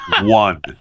one